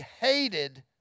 hated